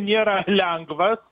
nėra lengvas